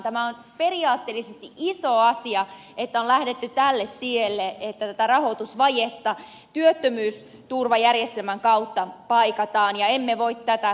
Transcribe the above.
tämä on periaatteellisesti iso asia että on lähdetty tälle tielle että tätä rahoitusvajetta työttömyysturvajärjestelmän kautta paikataan ja emme voi tätä hyväksyä